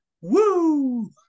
Woo